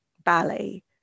ballet